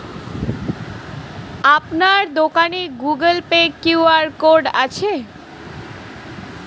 আপনার দোকানে Google Pay QR code আছে?